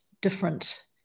different